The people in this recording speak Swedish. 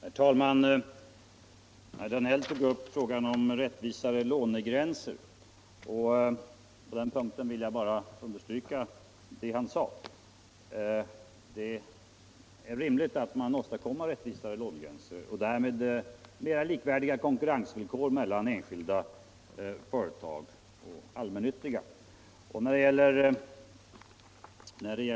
Herr talman! Herr Danell tog upp frågan om mera rättvisa lånegränser, och där vill jag bara understryka vad han sade. Det är rimligt att försöka åstadkomma rättvisare lånegränser och därmed mera likvärdiga konkurrensvillkor mellan enskilda och allmännyttiga företag.